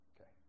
Okay